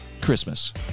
Christmas